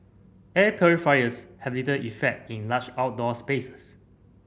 air purifiers have little effect in large outdoor spaces